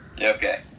Okay